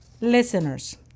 Listeners